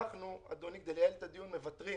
כדי לייעל את הדיון, אנחנו מוותרים